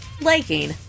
liking